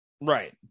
Right